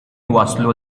waslu